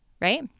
right